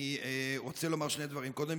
אני רוצה לומר שני דברים: קודם כול,